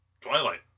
Twilight